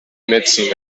medicine